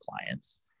clients